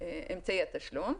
אמצעי התשלום.